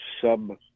sub